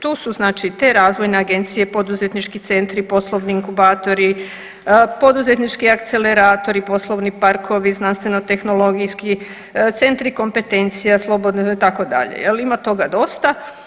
Tu su znači te razvojne agencije, poduzetnički centri, poslovni inkubatori, poduzetnički akceleratori, poslovni parkovi, znanstveno tehnologijski centri kompetencija … [[Govornik se ne razumije]] itd. jel, ima toga dosta.